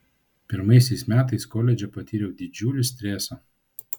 pirmaisiais metais koledže patyriau didžiulį stresą